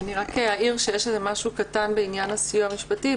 אני רק אעיר שיש משהו קטן בעניין הסיוע המשפטי.